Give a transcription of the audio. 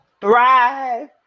thrive